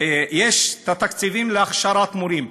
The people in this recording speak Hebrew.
התקציבים להכשרת מורים,